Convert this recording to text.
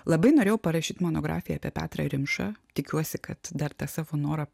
labai norėjau parašyt monografiją apie petrą rimšą tikiuosi kad dar tą savo norą